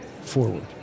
forward